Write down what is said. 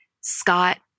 Scott